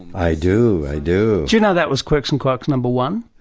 i do, i do. do you know that was quirks and quarks number one?